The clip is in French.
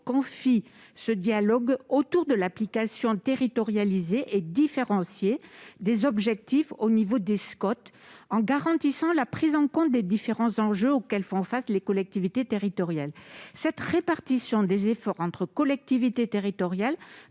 organise ce dialogue autour de l'application territorialisée et différenciée des objectifs au niveau des SCoT, en garantissant la prise en compte des différents enjeux auxquels sont confrontés les collectivités territoriales. Cette répartition des efforts entre collectivités devra